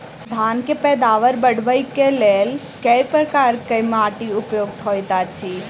धान केँ पैदावार बढ़बई केँ लेल केँ प्रकार केँ माटि उपयुक्त होइत अछि?